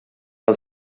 del